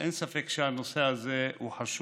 אין ספק שהנושא הזה הוא חשוב,